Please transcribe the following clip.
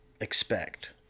expect